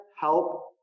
help